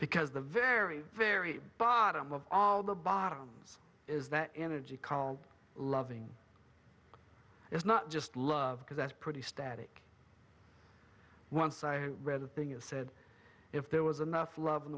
because the very very bottom of all the bottoms is that energy called loving is not just love because that's pretty static once i read a thing you've said if there was enough love in